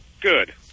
Good